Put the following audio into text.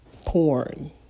porn